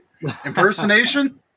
Impersonation